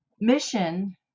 mission